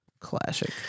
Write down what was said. Classic